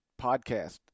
podcast